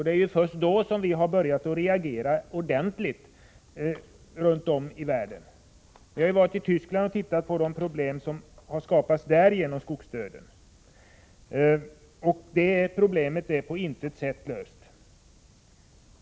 Det är först då som man börjat att reagera runt om i världen. Vi har varit i Tyskland och tittat på det problem som har skapats där genom skogsdöden. Det problemet är på intet sätt löst.